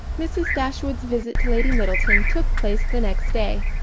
mrs. dashwood's visit to lady middleton took place the next day,